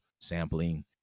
sampling